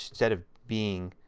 instead of being